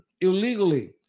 illegally